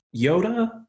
Yoda